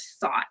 thought